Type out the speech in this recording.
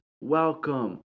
welcome